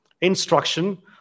Instruction